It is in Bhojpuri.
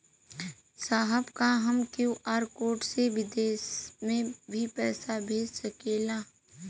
साहब का हम क्यू.आर कोड से बिदेश में भी पैसा भेज सकेला?